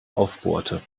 aufbohrte